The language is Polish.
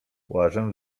łażę